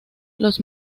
los